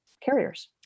carriers